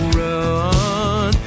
run